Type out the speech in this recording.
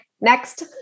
Next